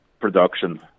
production